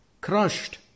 Crushed